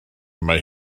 mae